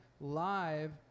live